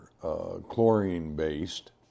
chlorine-based